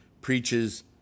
preaches